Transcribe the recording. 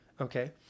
Okay